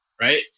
right